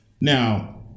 Now